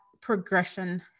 progression